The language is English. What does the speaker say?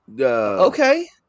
Okay